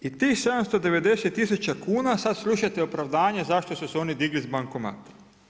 I tih 790 tisuća kuna, sada slušajte opravdanje zašto su se oni digli s bankomata.